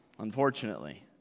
unfortunately